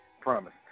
Promise